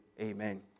Amen